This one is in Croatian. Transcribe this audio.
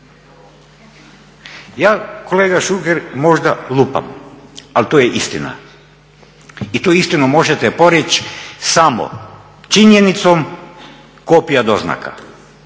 Ja kolega Šuker možda lupam, ali to je istina i tu istinu možete poreći samo činjenicom kopija doznaka